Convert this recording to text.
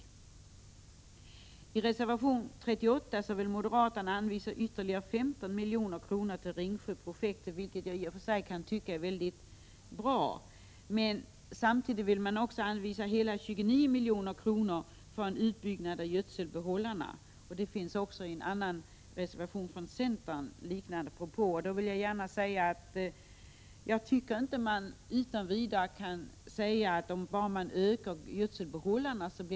Enligt reservation 38 vill moderaterna anvisa ytterligare 15 milj.kr. till Ringsjöprojektet, vilket jag i och för sig tycker är bra. Men samtidigt vill moderaterna anvisa 29 milj.kr. för en utbyggnad av gödselbehållarna. Liknande propåer framförs även i en reservation från centern. Jag tycker emellertid inte att man utan vidare kan säga att det blir en bättre hantering av handelsgödseln om man bara ökar gödselbehållarna.